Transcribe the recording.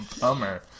Bummer